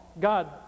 God